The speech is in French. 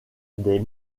des